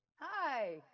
Hi